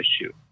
issue